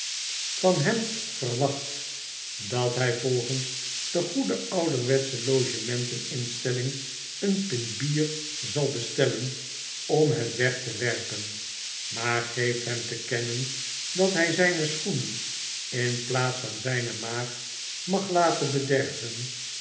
van hem verwacht dat hjj volgens de goede ouderwetsche logementen instelling een pint bier zal bestellen om het weg te werpen maar geeft hem te kennen dat hij zijne schoenen in plaats van zijne maag mag laten bederven